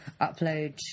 upload